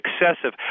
excessive